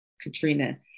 Katrina